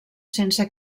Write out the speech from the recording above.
sense